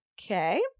Okay